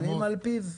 פועלים על פיו?